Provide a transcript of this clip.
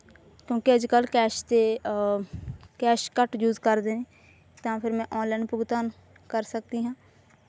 ਕਿਉਂਕਿ ਅੱਜ ਕੱਲ੍ਹ ਕੈਸ਼ 'ਤੇ ਕੈਸ਼ ਘੱਟ ਯੂਜ਼ ਕਰਦੇ ਨੇ ਤਾਂ ਫਿਰ ਮੈਂ ਔਨਲਾਈਨ ਭੁਗਤਾਨ ਕਰ ਸਕਦੀ ਹਾਂ